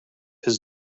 his